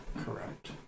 Correct